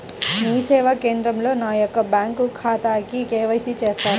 మీ సేవా కేంద్రంలో నా యొక్క బ్యాంకు ఖాతాకి కే.వై.సి చేస్తారా?